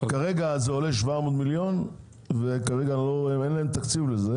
כרגע זה עולה 700 מיליון וכרגע אין להם תקציב לזה